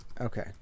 Okay